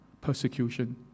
persecution